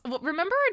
remember